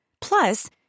Plus